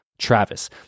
Travis